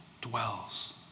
dwells